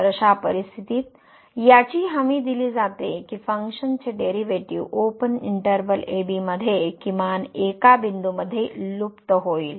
तर अशा परिस्थितीत याची हमी दिली जाते की फंक्शनचे derivative open interval a b मध्ये किमान एका बिंदू मध्ये लुप्त होईल